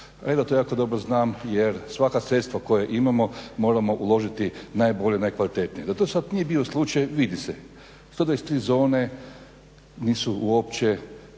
reda. Ja to dobro znam jer svaka sredstva koja imamo moramo uložiti najbolje, najkvalitetnije, zato sad nije bio slučaj, vidi se, stoga iz te zone nisu uopće